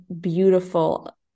beautiful